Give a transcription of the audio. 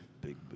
Big